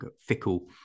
fickle